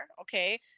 okay